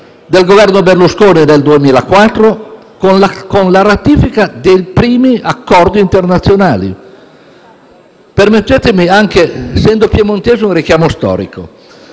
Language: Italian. il Governo Berlusconi, nel 2004, a ratificare i primi accordi internazionali. Permettetemi anche, essendo piemontese, di fare un richiamo storico,